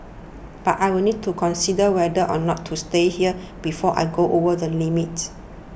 but I will need to consider whether or not to stay here before I go over the limit